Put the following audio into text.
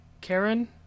Karen